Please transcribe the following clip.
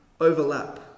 overlap